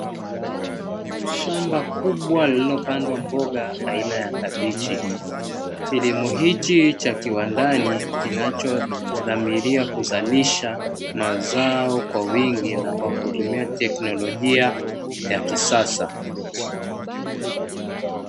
Shamba kubwa lililopandwa mboga aina ya kabichi, kilimo hichi cha kiwandani kinachodhamiria kuzalisha mazao kwa wingi na kwa kutumia teknolojia ya kisasa.